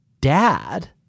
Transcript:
dad